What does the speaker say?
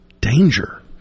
danger